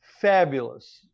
fabulous